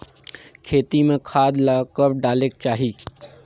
खेती म खाद ला कब डालेक चाही?